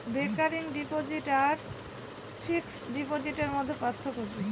Recurring deposit আর fixed ডিপোজিটের মধ্যে পার্থক্য কি?